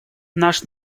наш